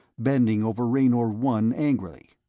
bending over raynor one angrily.